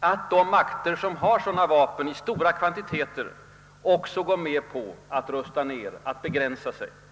att de makter, som har sådana vapen i stora kvantiteter också går med på att rusta ned, att begränsa sig.